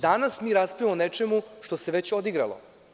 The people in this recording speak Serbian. Danas mi raspravljamo o nečemu što se već odigralo.